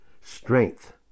strength